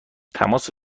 تماس